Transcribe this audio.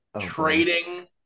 trading